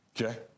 Okay